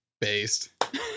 based